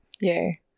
yay